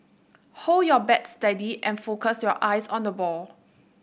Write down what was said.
hold your bat steady and focus your eyes on the ball